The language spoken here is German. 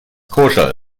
koscher